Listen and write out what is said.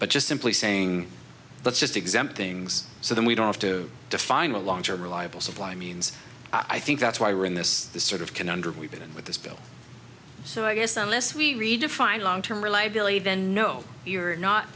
but just simply saying let's just exempt things so that we don't have to define a long term reliable supply means i think that's why we're in this sort of conundrum we've been in with this bill so i guess unless we redefine long term reliability then no you're not